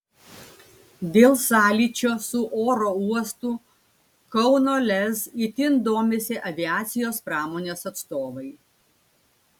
dėl sąlyčio su oro uostu kauno lez itin domisi aviacijos pramonės atstovai